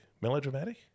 melodramatic